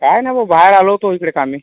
काय ना भाऊ बाहेर आलो होतो इकडे कामी